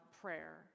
prayer